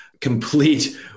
complete